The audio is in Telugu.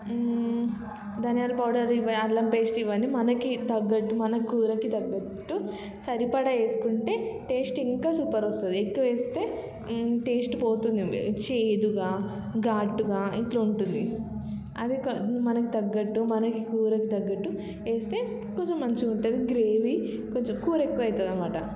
ధనియాల పౌడర్ అల్లం పేస్ట్ ఇవన్ని మనకు తగ్గట్టు మన కూరకి తగ్గట్టు సరిపడ వేసుకుంటే టేస్ట్ ఇంకా సూపర్ వస్తుంది ఎక్కువ వేస్తే టేస్ట్ పోతుంది చేదుగా ఘాటుగా ఇట్లు ఉంటుంది అది కొద్ది మనకు తగ్గట్టు మన కూరకి తగ్గట్టు వేస్తే కొంచెం మంచిగా ఉంటుంది గ్రేవీ కొంచెం కూర ఎక్కువ అవుతుంది అన్నమాట